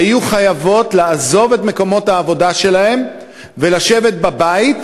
היו חייבות לעזוב את מקומות העבודה שלהן ולשבת בבית,